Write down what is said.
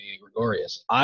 Gregorius